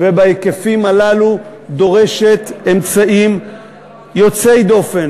ובהיקפים הללו דורשת אמצעים יוצאי דופן,